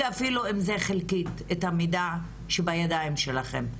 אפילו אם זה חלקית את המידע שבידיים שלכם.